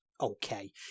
okay